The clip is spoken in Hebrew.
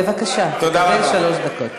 בבקשה, קבל שלוש דקות.